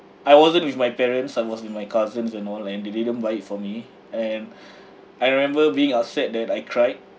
I wasn't with my parents I was with my cousins and all and they didn't buy it for me and I remember being upset that I cried